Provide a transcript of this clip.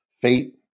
fate